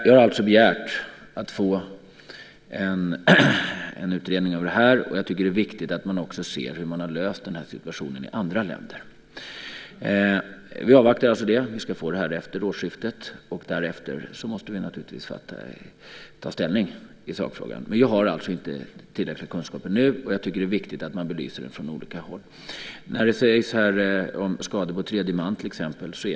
Jag har alltså begärt att få en utredning av det här, och jag tycker att det är viktigt att man också ser hur man har löst den här situationen i andra länder. Vi avvaktar alltså resultatet. Vi ska få det efter årsskiftet, och därefter måste vi naturligtvis ta ställning till sakfrågan. Vi har alltså inte tillräckliga kunskaper nu, och jag tycker att det är viktigt att man belyser detta från olika håll. Det talas om skador på tredje man.